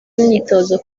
imyitozo